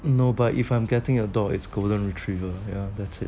no but if I'm getting a dog it's golden retriever ya that's it